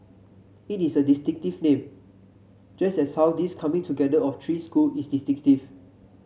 it is a distinctive name just as how this coming together of three school is distinctive